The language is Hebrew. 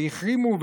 והחרימו,